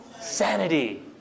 sanity